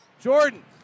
Jordan